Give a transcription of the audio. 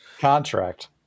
contract